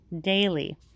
daily